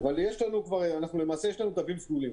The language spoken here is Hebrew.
אבל יש לנו כבר תווים סגולים.